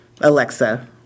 Alexa